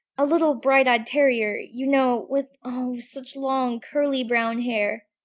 a little bright-eyed terrier, you know, with oh, such long curly brown hair!